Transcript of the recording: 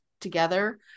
together